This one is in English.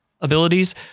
abilities